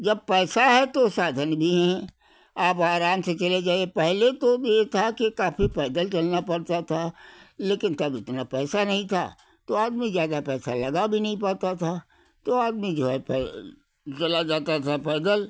जब पैसा है तो साधन भी हैं आप आराम से चले जाइए पहले तो ये था कि काफ़ी पैदल चलना पड़ता था लेकिन तब इतना पैसा नहीं था तो आदमी इतना पैसा लगा भी नहीं पाता था तो आदमी जो है प चला जाता था पैदल